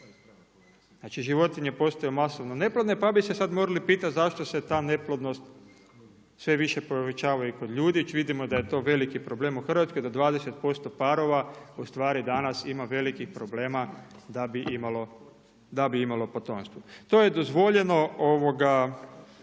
Znači, životinje postaju masovno neplodne, pa bi se sad morali pitati zašto se ta neplodnost sve više povećava i kod ljudi. Vidimo da je to veliki problem u Hrvatskoj, da 20% parova u stvari danas ima velikih problema da bi imalo potomstvo. To je dozvoljeno, dakle